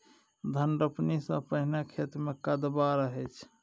धान रोपणी सँ पहिने खेत मे कदबा रहै छै